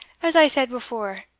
as i said before,